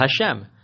Hashem